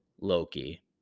Loki